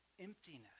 emptiness